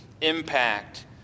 impact